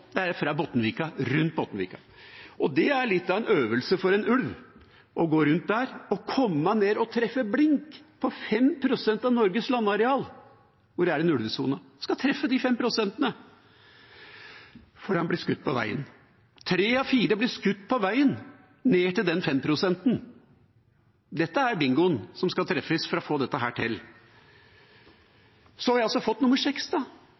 er fra rundt Bottenvika. Det er litt av en øvelse for en ulv å gå rundt der og komme ned og treffe blink på 5 pst. av Norges landareal, hvor det er en ulvesone – den skal treffe de 5 prosentene før den blir skutt på veien. Tre av fire blir skutt på veien til den 5-prosenten. Dette er bingoen som skal treffes for å få dette til. Så har vi altså fått nummer seks